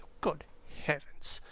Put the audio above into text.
good heavens!